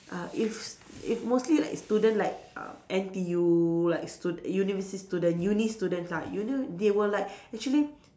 uh if if mostly like student like uh N_T_U like stud~ university student uni student lah uni they will like actually